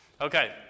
Okay